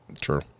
True